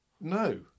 No